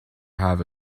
have